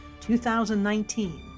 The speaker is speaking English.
2019